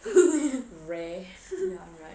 rare